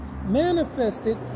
Manifested